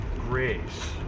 grace